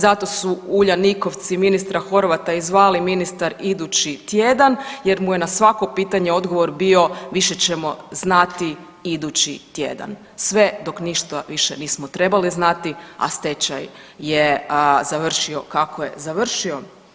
Zato su Uljanikovci ministra Horvata i zvali ministar idući tjedan jer mu je na svako pitanje odgovor bio više ćemo znati idući tjedan sve dok ništa više nismo trebali znati, a stečaj je završio kako je završio.